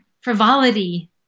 frivolity